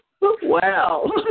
Wow